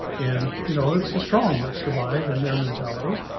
and, you know, it's a strong that survive in their mentality,